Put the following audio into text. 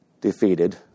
Defeated